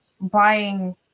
buying